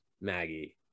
maggie